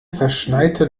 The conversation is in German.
verschneite